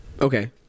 Okay